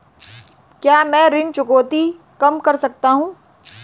क्या मैं ऋण चुकौती कम कर सकता हूँ?